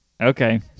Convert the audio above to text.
okay